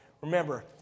Remember